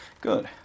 good